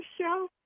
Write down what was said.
Show